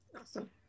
Awesome